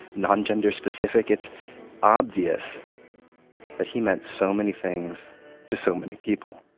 non-gender specific it's obvious that he meant so many things to so many people